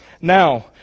Now